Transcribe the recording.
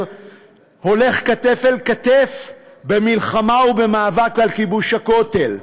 הולך כתף אל כתף במלחמה או במאבק על כיבוש הכותל,